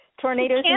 Tornadoes